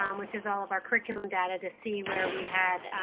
um which is all of our curriculum data to see where we had